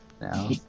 now